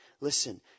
Listen